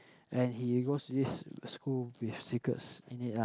and he goes to this school with secrets in it ah